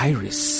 Iris